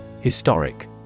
Historic